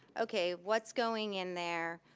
okay, what's going in there?